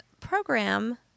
program